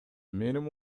менин